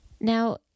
Now